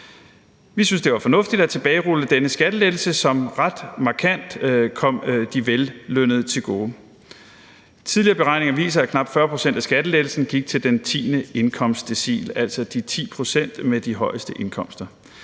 Vi synes, det var fornuftigt at tilbagerulle denne skattelettelse, som ret markant kom de vellønnede til gode. Tidligere beregninger viser, at knap 40 pct. af skattelettelsen gik til den tiende indkomstdecil, altså de 10 pct. med de højeste indkomster.